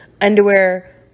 underwear